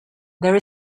there